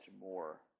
more